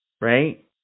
right